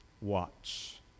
Watch